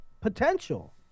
potential